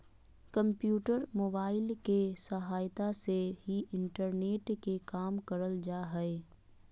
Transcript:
computer, mobile के सहायता से ही इंटरनेट के काम करल जा हय